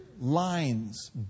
Lines